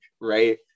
right